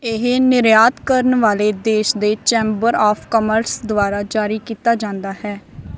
ਇਹ ਨਿਰਯਾਤ ਕਰਨ ਵਾਲੇ ਦੇਸ਼ ਦੇ ਚੈਂਬਰ ਆਫ਼ ਕਾਮਰਸ ਦੁਆਰਾ ਜਾਰੀ ਕੀਤਾ ਜਾਂਦਾ ਹੈ